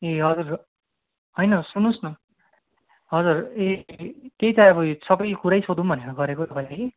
ए हजुर होइन सुन्नुहोस् न हजुर ए त्यही त अब यो सबै कुरै सोधौँ भनेर गरेको तपाईँलाई कि